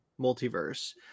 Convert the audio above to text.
multiverse